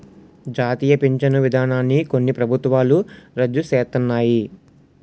జాతీయ పించను విధానాన్ని కొన్ని ప్రభుత్వాలు రద్దు సేస్తన్నాయి